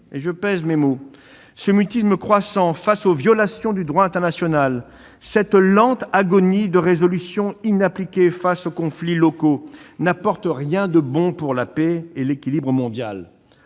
devons réagir. Ce mutisme croissant devant les violations du droit international, cette lente agonie de résolutions inappliquées face aux conflits locaux n'apportent rien de bon pour la paix et l'équilibre mondial.